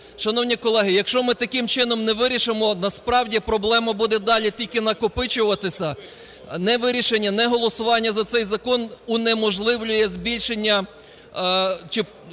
Шановні колеги, якщо ми таким чином не вирішимо, насправді проблема буде тільки далі накопичуватися. Невирішення, неголосування за цей закон унеможливлює збільшення